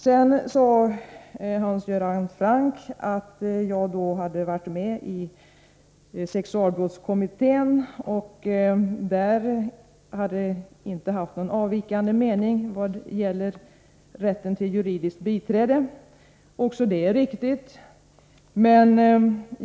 Hans Göran Franck sade vidare att jag inte hade anfört någon avvikande mening i sexualbrottskommittén vad gäller rätten till juridiskt biträde. Också det är riktigt.